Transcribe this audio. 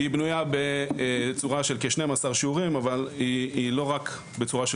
היא בנויה בצורה של כ-12 שיעורים אבל היא לא רק בצורה של